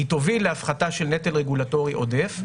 היא תוביל להפחתה של נטל רגולטורי עודף,